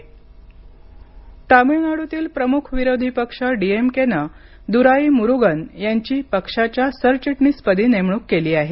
तामिळनाड् तामिळनाडूतील प्रमुख विरोधी पक्ष डीएमकेनं दुराई मुरुगन यांनी पक्षाच्या सरचिटणीसपदी नेमणूक केली आहे